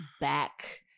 back